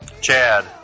Chad